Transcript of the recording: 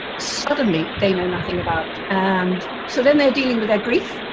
suddenly they know nothing about, and so then they're dealing with their grief,